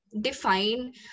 define